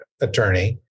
attorney